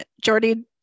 Jordy